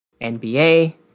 NBA